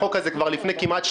החוק הזה חוקק כמעט לפני שנתיים.